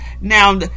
Now